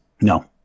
No